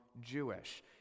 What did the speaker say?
Jewish